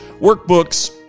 workbooks